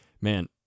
Man